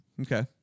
Okay